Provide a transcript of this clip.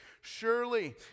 Surely